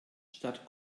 statt